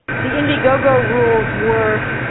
the indiegogo rules were,